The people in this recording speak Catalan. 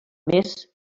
més